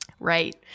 Right